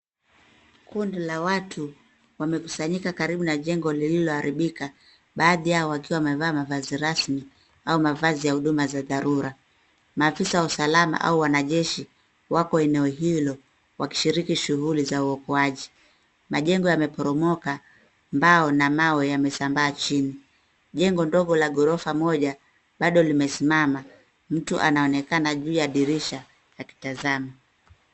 Kundi la watu wamekusanyika karibu na jengo lililoharibika, baadhi yao wakiwa wamevaa mavazi rasmi au mavazi ya huduma za dharura. Maafisa wa usalama au wanajeshi wako eneo hilo wakishiriki shughuli za uokoaji. Majengo yameporomoka , mbao na mawe yamesambaa chini. Jengo dogo la ghorofa moja bado limesimama, mtu anaonekana juu ya dirisha akitazama.